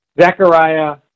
Zechariah